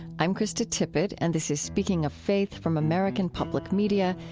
i'm krista tippett, and this is speaking of faith from american public media,